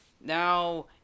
Now